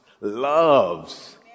loves